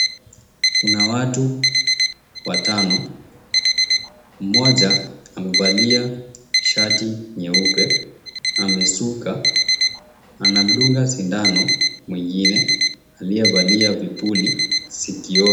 Kuna watu watano, mmoja amevalia shati nyeupe, amesuka, anadunga sindano mwengine, aliyevalia vipuli sikioni.